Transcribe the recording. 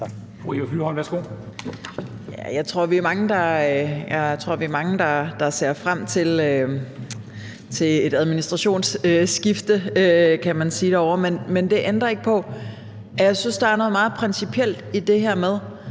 jeg tror, vi er mange, der ser frem til et administrationsskifte, kan man sige, derovre. Men det ændrer ikke på, at jeg synes, der er noget meget principielt i det her med,